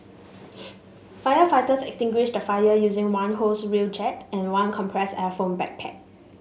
firefighters extinguished the fire using one hose reel jet and one compressed air foam backpack